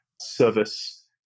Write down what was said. service